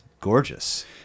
gorgeous